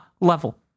level